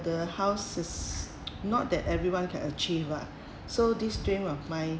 the house is not that everyone can achieve lah so this dream of mine